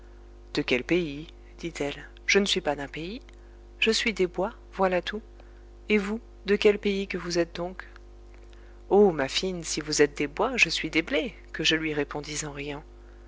de quel pays dit-elle je ne suis pas d'un pays je suis des bois voilà tout et vous de quel pays que vous êtes donc oh ma fine si vous êtes des bois je suis des blés que je lui répondis en riant